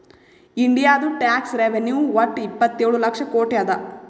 ಇಂಡಿಯಾದು tax revenue ವಟ್ಟ ಇಪ್ಪತ್ತೇಳು ಲಕ್ಷ ಕೋಟಿ ಅದಾ